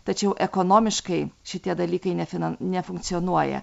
tačiau ekonomiškai šitie dalykai nefinan nefunkcionuoja